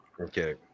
Okay